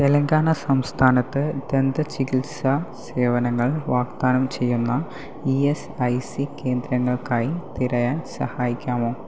തെലങ്കാന സംസ്ഥാനത്ത് ദന്തചികിത്സ സേവനങ്ങൾ വാഗ്ദാനം ചെയ്യുന്ന ഇ യെസ് ഐ സി കേന്ദ്രങ്ങൾക്കായി തിരയാൻ സഹായിക്കാമോ